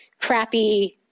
crappy